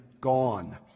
gone